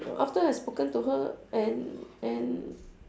after I spoken to her and and